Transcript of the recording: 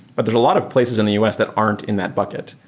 but there's a lot of places in the us that aren't in that bucket.